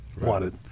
wanted